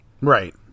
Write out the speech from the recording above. Right